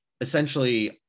essentially